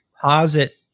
deposit